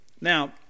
Now